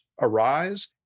arise